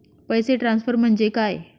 पैसे ट्रान्सफर म्हणजे काय?